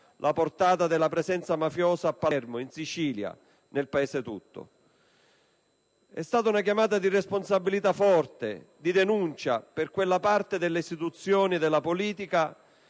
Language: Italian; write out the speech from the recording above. la portata della presenza mafiosa a Palermo, in Sicilia e nel Paese tutto. È stata una chiamata di responsabilità forte, di denuncia, per quella parte delle istituzioni e della politica